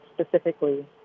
specifically